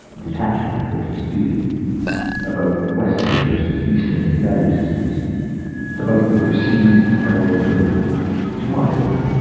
detachment versus duty about western versus eastern value systems about the perceived perils of modernism.